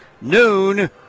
noon